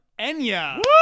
Enya